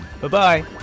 bye-bye